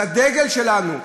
הדגל שלנו.